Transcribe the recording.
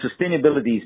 sustainability